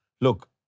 look